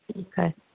Okay